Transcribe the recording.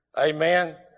Amen